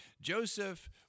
Joseph